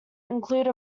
include